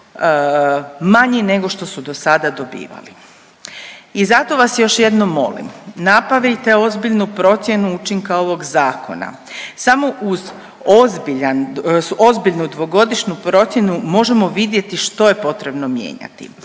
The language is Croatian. manji nego što su do sada dobivali i zato vas još jednom molim, napravite ozbiljnu procjenu učinka ovog Zakona. Samo uz ozbiljnu dvogodišnju procjenu možemo vidjeti što je potrebno mijenjati.